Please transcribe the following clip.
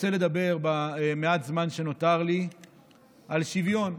רוצה לדבר במעט הזמן שנותר לי על שוויון.